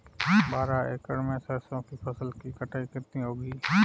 बारह एकड़ में सरसों की फसल की कटाई कितनी होगी?